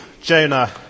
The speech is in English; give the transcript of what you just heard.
Jonah